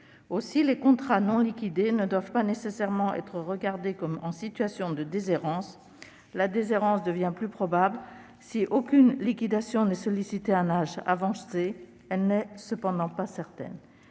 Aussi les contrats non liquidés ne doivent-ils pas nécessairement être regardés comme en situation de déshérence. Celle-ci devient plus probable si aucune liquidation n'a été sollicitée à un âge avancé ; elle n'est cependant pas certaine.